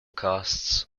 costs